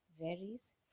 varies